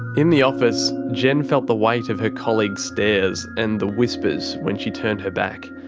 in the office jen felt the weight of her colleagues' stares and the whispers when she turned her back.